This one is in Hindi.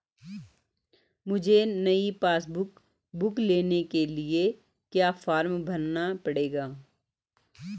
मुझे नयी पासबुक बुक लेने के लिए क्या फार्म भरना पड़ेगा?